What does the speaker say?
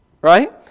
right